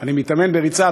אני מתאמן בריצה.